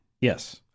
Yes